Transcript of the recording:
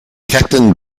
captain